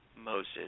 Moses